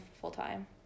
full-time